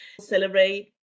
celebrate